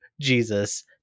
Jesus